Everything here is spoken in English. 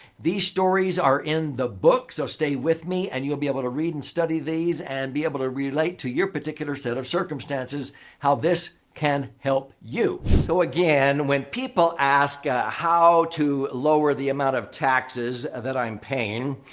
these stories are in the book. so, stay with me and you'll be able to read and study these and be able to relate to your particular set of circumstances how this can help you. so, again, when people ask ah how to lower the amount of taxes that i'm paying,